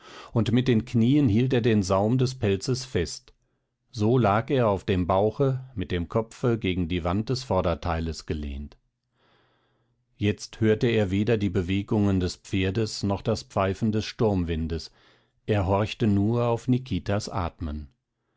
und mit den knien hielt er den saum des pelzes fest so lag er auf dem bauche mit dem kopfe gegen die wand des vorderteiles gelehnt jetzt hörte er weder die bewegungen des pferdes noch das pfeifen des sturmwindes er horchte nur auf nikitas atmen